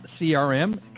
CRM